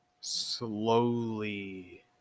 slowly